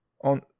on